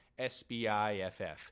SBIFF